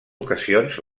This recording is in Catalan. ocasions